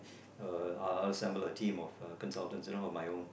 uh I will assemble the theme of uh consultant you know on my own